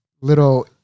little